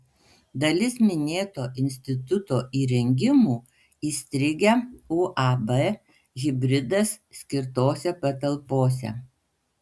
dalis minėto instituto įrengimų įstrigę uab hibridas skirtose patalpose